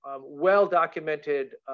well-documented